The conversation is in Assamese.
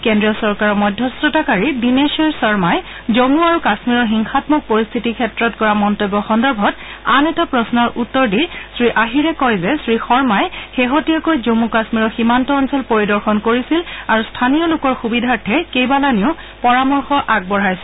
কেন্দ্ৰীয় চৰকাৰৰ মধ্যস্থতাকাৰী দিনেশ্বৰ শৰ্মহি জম্ম আৰু কাশ্মীৰৰ হিংসাম্মক পৰিস্থিতি ক্ষেত্ৰত কৰা মন্তব্য সন্দৰ্ভত আন এটা প্ৰশ্নৰ উত্তৰ দি শ্ৰীআহিৰে কয় যে শ্ৰীশমহি শেহতীয়াকৈ জমু কাশ্মীৰৰ সীমান্ত অঞ্চল পৰিদৰ্শন কৰিছিল আৰু স্থানীয় লোকৰ সুবিধাৰ্থে কেইবালানিও পৰামৰ্শ আগবঢ়াইছিল